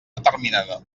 determinada